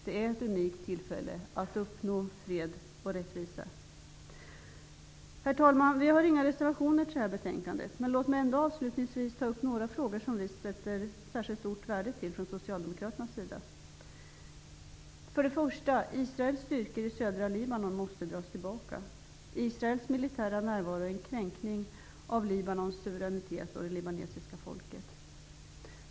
Det är ett unikt tillfälle att uppnå fred och rättvisa. Herr talman! Vi har inga reservationer till det här betänkandet. Låt mig ändock avslutningsvis ta upp några frågor som vi från socialdemokraterna sätter särskilt stort värde på. För det första måste Israels styrkor i södra Libanon dras tillbaka. Israels militära närvaro utgör en kränkning av Libanons suveränitet och av det libanesiska folket.